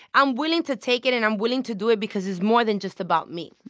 i'm willing to take it. and i'm willing to do it because it's more than just about me.